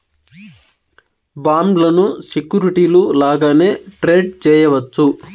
బాండ్లను సెక్యూరిటీలు లాగానే ట్రేడ్ చేయవచ్చు